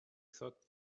thought